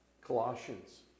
Colossians